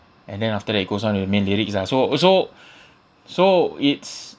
and then after that it goes on with main lyrics ah so uh so so it's